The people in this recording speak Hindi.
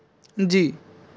जी